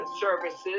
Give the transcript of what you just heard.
services